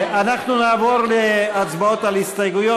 אנחנו נעבור להצבעות על הסתייגויות.